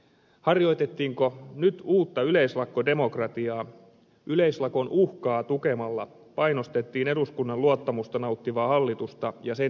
harjoitettiinko nyt uutta yleislakkodemokratiaa yleislakon uhkaa tukemalla painostettiin eduskunnan luottamusta nauttivaa hallitusta ja sen esitystä